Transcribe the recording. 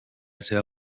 seva